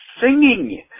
singing